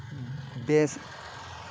best